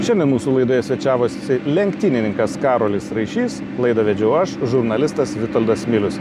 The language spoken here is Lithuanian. šiandien mūsų laidoje svečiavosi lenktynininkas karolis raišys laidą vedžiau aš žurnalistas vitoldas milius